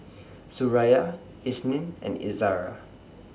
Suraya Isnin and Izara